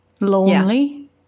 lonely